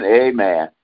amen